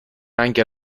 anche